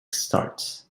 starts